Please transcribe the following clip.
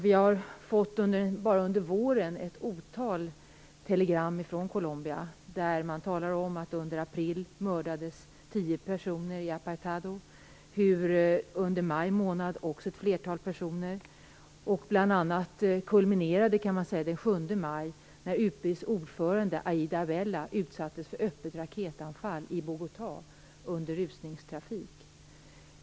Vi har bara under våren fått ett otal telegram från Colombia, bl.a. med uppgift om att det under april mördades 10 Det kan sägas att det kulminerade den 7 maj, när UP:s ordförande Aida Avela utsattes för öppet raketanfall i Bogotá under rusningstrafik.